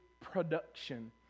production